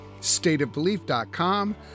stateofbelief.com